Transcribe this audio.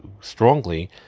strongly